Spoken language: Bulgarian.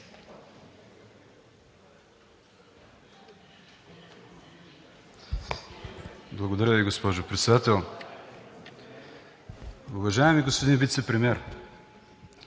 Благодаря Ви, госпожо Председател. Уважаеми господин Вицепремиер,